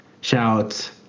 shouts